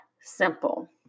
simple